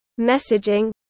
messaging